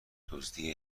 دزدی